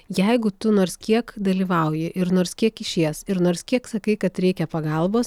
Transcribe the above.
jeigu tu nors kiek dalyvauji ir nors kiek kišies ir nors kiek sakai kad reikia pagalbos